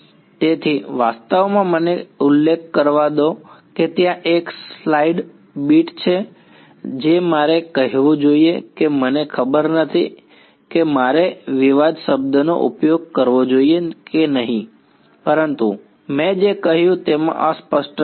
તેથી વાસ્તવમાં મને ઉલ્લેખ કરવા દો કે ત્યાં એક સ્લાઇડ બીટ છે જે મારે કહેવું જોઈએ કે મને ખબર નથી કે મારે વિવાદ શબ્દનો ઉપયોગ કરવો જોઈએ કે નહીં પરંતુ મેં જે કહ્યું તેમાં અસ્પષ્ટતા છે